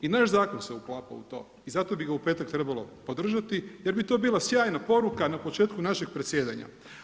I naš zakon se uklapa u to i zato bi ga u petak trebalo podržati jer bi bila sjajna poruka na početku našeg predsjedanja.